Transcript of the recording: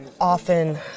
often